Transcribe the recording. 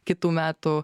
kitų metų